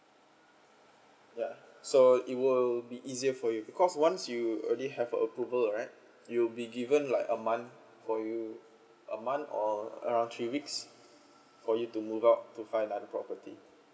ya so it will be easier for you because once you only have approval right you be given like a month for you a month or around three weeks for you to move out to find another property